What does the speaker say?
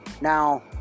Now